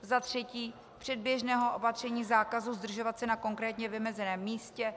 za třetí předběžného opatření zákazu zdržovat se na konkrétně vymezeném místě;